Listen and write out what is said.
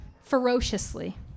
ferociously